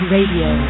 Radio